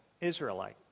Israelite